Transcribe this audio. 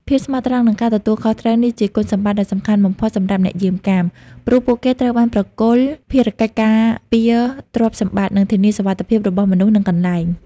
ភាពស្មោះត្រង់ និងការទទួលខុសត្រូវ នេះជាគុណសម្បត្តិដ៏សំខាន់បំផុតសម្រាប់អ្នកយាមកាម ព្រោះពួកគេត្រូវបានប្រគល់ភារកិច្ចការពារទ្រព្យសម្បត្តិ និងធានាសុវត្ថិភាពរបស់មនុស្ស និងកន្លែង។